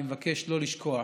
אני מבקש שלא לשכוח